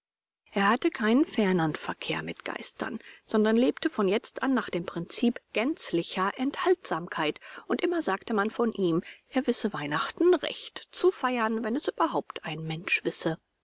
er hatte keinen fernern verkehr mit geistern sondern lebte von jetzt an nach dem prinzip gänzlicher enthaltsamkeit und immer sagte man von ihm er wisse weihnachten recht zu feiern wenn es überhaupt ein mensch wisse